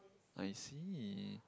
I see